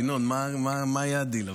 ינון, מה היה הדיל?